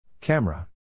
Camera